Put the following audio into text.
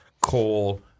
coal